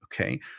okay